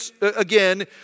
again